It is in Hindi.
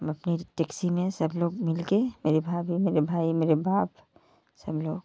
मैं अपनी टेकसी में सब लोग मिलके मेरे भाभी मेरे भाई मेरे बाप सब लोग